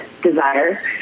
desire